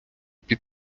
під